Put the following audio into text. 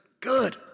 good